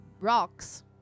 rocks